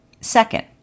Second